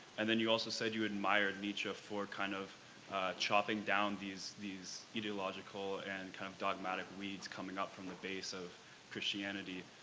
and then you also said you admired nietzsche for kind of chopping down these these ideological and kind of dogmatic needs coming up from the base of christianity.